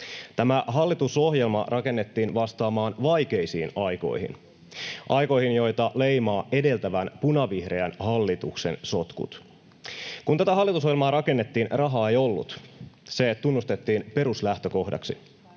Tämä hallitusohjelma rakennettiin vastaamaan vaikeisiin aikoihin, aikoihin, joita leimaa edeltävän, punavihreän, hallituksen sotkut. Kun tätä hallitusohjelmaa rakennettiin, rahaa ei ollut. Se tunnustettiin peruslähtökohdaksi.